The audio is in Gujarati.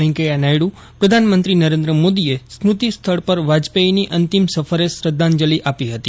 વેકૈંયા નાયડુ પ્રધાનમંત્રી નરેન્દ્ર મોદીએ સ્મૃતિ સ્થળ પર વાજપે યીની અંતિમ સકરે શ્રધ્ધાંજલિ આપી હતી